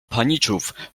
paniczów